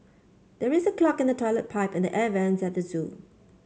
there is a clog in the toilet pipe and the air vents at the zoo